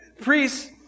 Priests